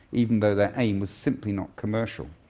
even though their aim was simply not commercial.